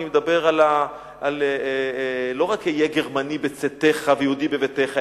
אני מדבר לא רק על "היה גרמני בצאתך ויהודי בביתך",